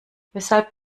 weshalb